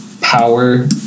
power